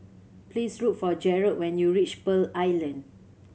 please look for Jarrett when you reach Pearl Island